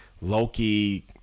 Loki